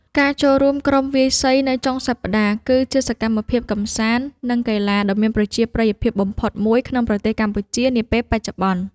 ការចូលរួមក្រុមវាយសីនៅចុងសប្តាហ៍ គឺជាសកម្មភាពកម្សាន្ត និងកីឡាដ៏មានប្រជាប្រិយភាពបំផុតមួយក្នុងប្រទេសកម្ពុជានាពេលបច្ចុប្បន្ន។